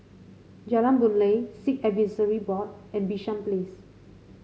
Jalan Boon Lay Sikh Advisory Board and Bishan Place